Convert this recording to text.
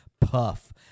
puff